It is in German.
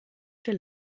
für